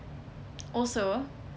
also